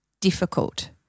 difficult